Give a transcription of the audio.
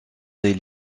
des